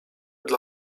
dla